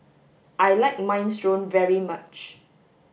I like minestrone very much